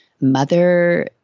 mother